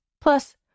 Plus